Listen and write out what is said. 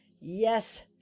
Yes